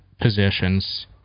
positions